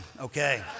Okay